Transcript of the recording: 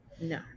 No